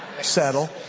settle